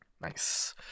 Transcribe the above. Nice